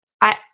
I-